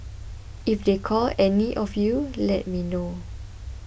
if they call any of you let me know